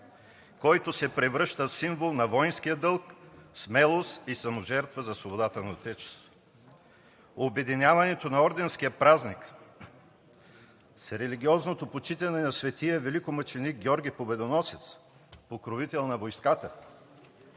който се превръща в символ на войнския дълг, смелост и саможертва за свободата на Отечеството. Обединяването на орденския празник с религиозното почитане на Светия Великомъченик Георги Победоносец, покровител на войската,